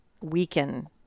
weaken